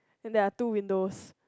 and there are two windows